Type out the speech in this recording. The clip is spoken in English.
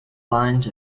lines